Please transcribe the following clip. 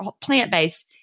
plant-based